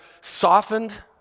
softened